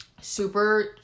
Super